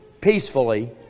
peacefully